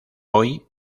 hoy